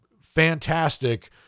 fantastic